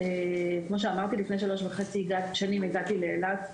לפני שלוש שנים וחצי הגעתי לאילת.